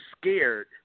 scared